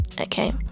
okay